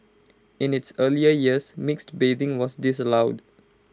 in its earlier years mixed bathing was disallowed